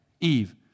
Eve